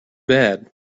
bad